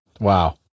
Wow